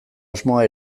asmoa